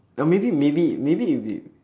or maybe maybe maybe if if